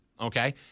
Okay